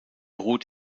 ruht